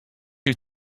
you